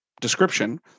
description